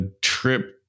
trip